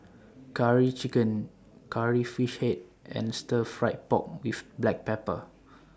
Curry Chicken Curry Fish Head and Stir Fried Pork with Black Pepper